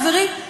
חברים,